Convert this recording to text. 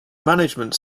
management